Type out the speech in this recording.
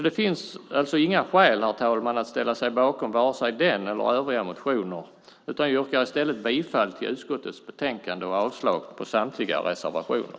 Det finns alltså inga skäl, herr talman, att ställa sig bakom vare sig den eller övriga motioner, utan jag yrkar i stället bifall till förslagen i utskottets betänkande och avslag på samtliga reservationer.